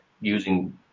using